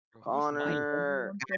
Connor